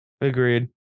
Agreed